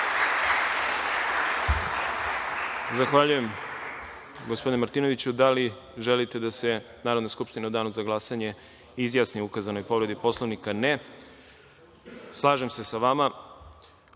Zahvaljujem. Gospodine Martinoviću, da li želite da se Skupština u danu za glasanje izjasni o ukazanoj povredi Poslovnika? (Ne.)Slažem se sa